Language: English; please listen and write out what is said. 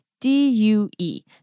D-U-E